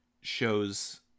shows